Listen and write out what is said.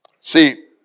See